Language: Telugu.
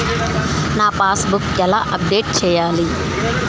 నా పాస్ బుక్ ఎలా అప్డేట్ చేయాలి?